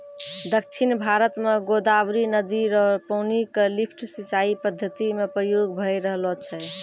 दक्षिण भारत म गोदावरी नदी र पानी क लिफ्ट सिंचाई पद्धति म प्रयोग भय रहलो छै